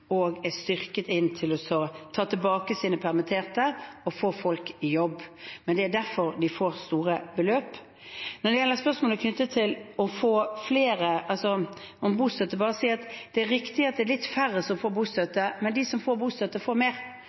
ta tilbake sine permitterte og få folk i jobb. Det er derfor de får store beløp. Når det gjelder spørsmålet knyttet til bostøtte, vil jeg bare si at det er riktig at det er litt færre som får bostøtte, men de som får bostøtte, får mer.